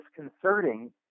disconcerting